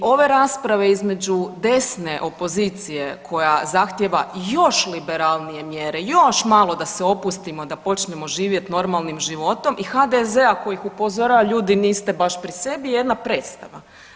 I ove rasprave između desne opozicije koja zahtjeva još liberalnije mjere još malo da se opustimo da počnemo živjeti normalnim životom i HDZ-a koji ih upozorava ljudi niste baš pri sebi je jedna predstava.